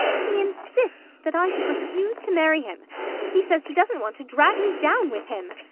he insists that i should refuse to marry him he says he doesn't want to drag me down with him.